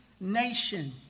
nation